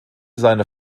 seine